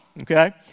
okay